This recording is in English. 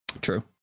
True